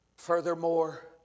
Furthermore